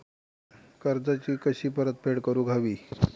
कर्जाची कशी परतफेड करूक हवी?